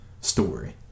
story